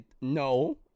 no